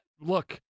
look –